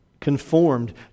conformed